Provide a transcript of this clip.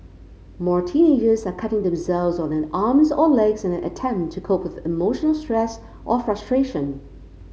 more teenagers are cutting themselves on their arms or legs in an attempt to cope with emotional stress or frustration